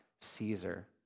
Caesar